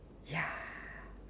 ya